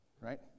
right